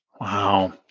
Wow